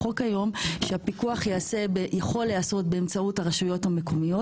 רחוק היום שהפיקוח יכול להיעשות באמצעות הרשויות המקומיות.